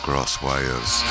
CrossWires